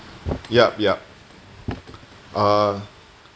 yup yup uh